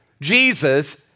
Jesus